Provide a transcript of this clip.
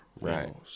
Right